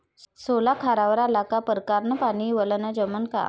सोला खारावर आला का परकारं न पानी वलनं जमन का?